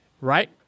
Right